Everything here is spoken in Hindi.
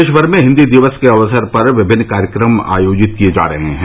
प्रदेशभर में हिन्दी दिवस के अवसर पर विभिन्न कार्यक्रम आयोजित किए जा रहे हैं